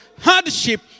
hardship